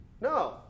No